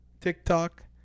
TikTok